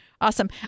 awesome